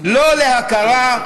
לא להכרה,